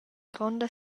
gronda